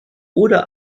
oder